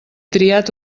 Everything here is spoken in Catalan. triat